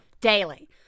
Daily